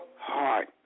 heart